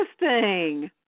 interesting